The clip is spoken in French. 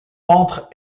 entre